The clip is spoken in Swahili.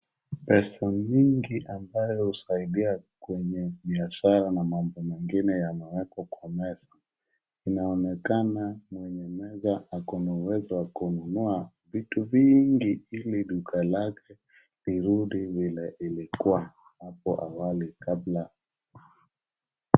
Pesa mingi ambayo husaidia kwenye biashara na mambo mengine yamewekwa kwenye meza. Inaonekana mwenye meza ako na uwezo wa kunua vitu vingi ili duka lake lirudi vile ilikuwa hapo awali kabla...